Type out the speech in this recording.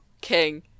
king